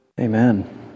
Amen